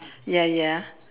ya ya